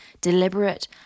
deliberate